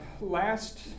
Last